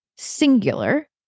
Singular